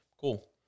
Cool